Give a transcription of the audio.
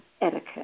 etiquette